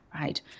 right